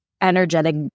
energetic